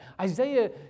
Isaiah